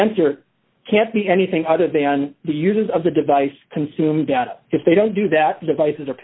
answer can't be anything other than the uses of the device consume data if they don't do that device is a